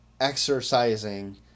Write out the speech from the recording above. exercising